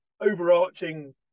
overarching